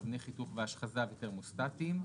אבני חיתוך והשחזה בתרמוסטטים;